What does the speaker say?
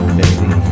baby